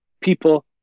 people